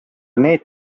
need